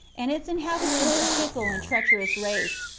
and its inhabitants a fickle and treacherous race,